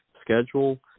schedule